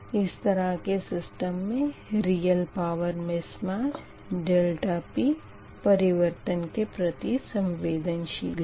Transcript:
इस तरह के सिस्टम में रीयल पावर मिसमेच ∆P परिवर्तन के प्रति संवेदनशील है